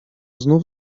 znów